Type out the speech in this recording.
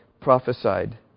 prophesied